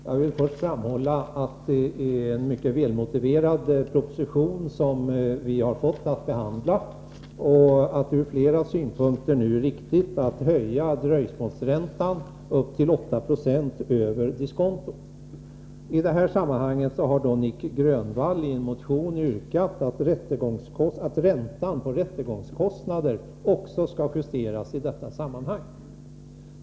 Herr talman! Jag vill först framhålla att det är en mycket väl motiverad proposition som vi har fått att behandla. Det är ur flera synpunkter riktigt att höja dröjsmålsräntan upp till 8 96 över diskontot. Nic Grönvall har i en motion yrkat att räntan på rättegångskostnader också skall justeras i detta sammanhang.